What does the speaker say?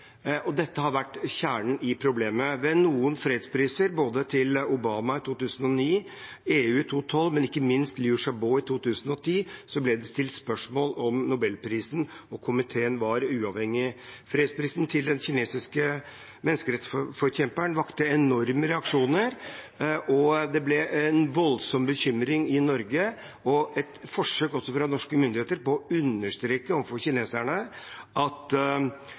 Dette har vært kjernen i problemet. Ved noen fredspriser, både til Obama i 2009, til EU i 2012 og ikke minst til Liu Xiaobo i 2010, ble det stilt spørsmål om Nobelprisen og komiteen var uavhengig. Fredsprisen til den kinesiske menneskerettsforkjemperen vakte enorme reaksjoner. Det ble en voldsom bekymring i Norge, og norske myndigheter forsøkte å understreke overfor kineserne at